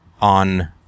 on